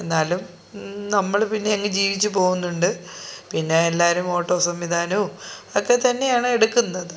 എന്നാലും നമ്മൾ പിന്നെ അങ്ങ് ജീവിച്ച് പോകുന്നുണ്ട് പിന്നെ എല്ലാവരും ഓട്ടോ സംവിധാനവും ഒക്കെ തന്നെയാണ് എടുക്കുന്നത്